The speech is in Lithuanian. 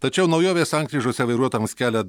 tačiau naujovė sankryžose vairuotojams kelia